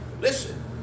Listen